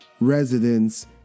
residents